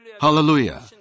Hallelujah